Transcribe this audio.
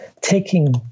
taking